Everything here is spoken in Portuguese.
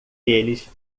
eles